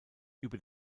über